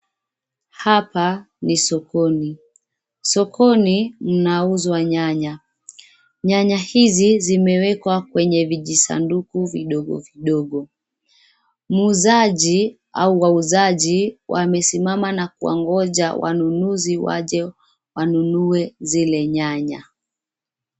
Hapa ni sokoni. Sokoni mnauzwa nyanya. Nyanya hizi zimewekwa kwenye vijisanduku vidogo vidogo. Muuzaji au wauzaji wamesimama na kuwangoja wanunuzi waje wanunue zile nyanya.